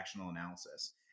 analysis